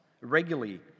regularly